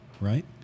Right